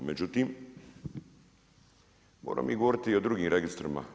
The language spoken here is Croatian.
Međutim, moremo mi govoriti i o drugim registrima.